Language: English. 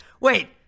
wait